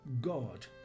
God